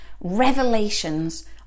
revelations